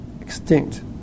extinct